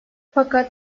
fakat